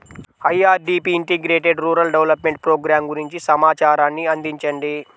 IRDP integrated rural development programme గురించి సమాచారాన్ని అందించండి?